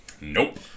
Nope